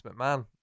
McMahon